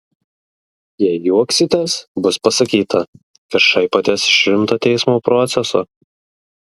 jei juoksitės bus pasakyta kad šaipotės iš rimto teismo proceso